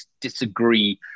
disagree